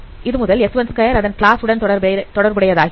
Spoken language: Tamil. இதுமுதல் s12 அதன் கிளாஸ் உடன் தொடர்புடையத் ஆகிறது